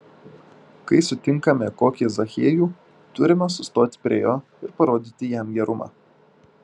kai sutinkame kokį zachiejų turime sustoti prie jo ir parodyti jam gerumą